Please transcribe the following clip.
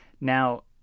Now